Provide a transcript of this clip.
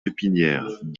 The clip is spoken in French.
pépinières